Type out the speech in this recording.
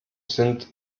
sind